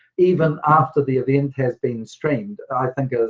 even after the event has been streamed, i think